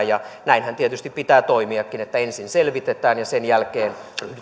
ja näinhän tietysti pitää toimiakin että ensin selvitetään ja sen jälkeen